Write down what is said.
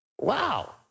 Wow